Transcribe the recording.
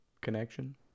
connection